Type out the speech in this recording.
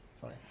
Sorry